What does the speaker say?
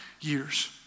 years